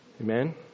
Amen